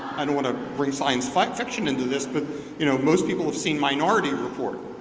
i don't wanna bring science like fiction into this, but you know most people have seen minority report,